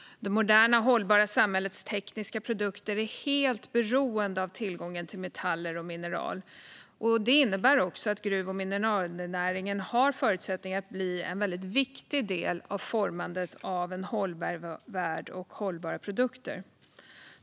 Det moderna och hållbara samhällets tekniska produkter är helt beroende av tillgången till metaller och mineral. Det innebär att gruv och mineralnäringen har förutsättningarna att bli en viktig del i formandet av en hållbar värld och hållbara produkter.